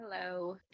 Hello